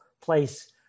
place